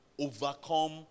overcome